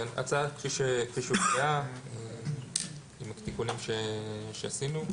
ההצעה כפי שהוצעה עם התיקונים שעשינו.